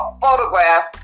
photograph